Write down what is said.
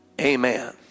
amen